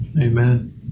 amen